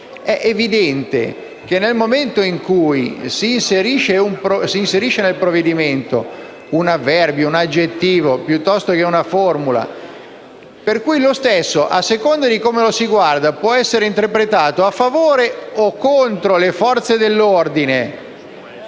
È evidente che, nel momento in cui si inserisce nel provvedimento un avverbio, un aggettivo o una formula, lo stesso, a seconda di come lo si guarda, può essere interpretato a favore o contro le Forze dell'ordine,